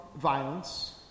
violence